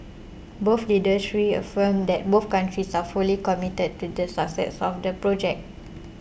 both leaders reaffirmed that both countries are fully committed to the success of the project